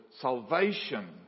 salvation